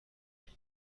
خودم